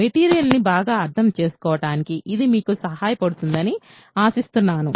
మెటీరియల్ని బాగా అర్థం చేసుకోవడానికి ఇది మీకు సహాయపడుతుందని ఆశిస్తున్నాము